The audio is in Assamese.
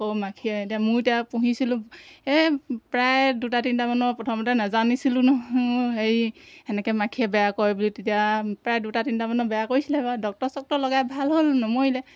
আকৌ মাখিয়ে এতিয়া মই এতিয়া পুহিছিলোঁ এই প্ৰায় দুটা তিনিটামানৰ প্ৰথমতে নাজানিছিলোঁ নহয় হেৰি সেনেকৈ মাখিয়ে বেয়া কৰে বুলি তেতিয়া প্ৰায় দুটা তিনিটামানৰ বেয়া কৰিছিলে বাৰু ডক্টৰ চক্টৰ লগাই ভাল হ'ল নমৰিলে